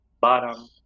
bottom